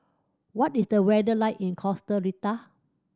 what is the weather like in Costa Rica